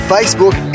Facebook